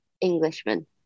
Englishman